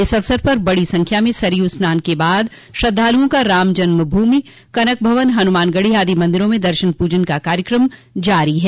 इस अवसर पर बड़ी संख्या में सरयू स्नान के बाद श्रद्वालुओं का रामजन्मभूमि कनक भवन हनुमानगढ़ी आदि मंदिरों में दर्शन पूजन का क्रम जारी है